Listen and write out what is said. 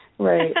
Right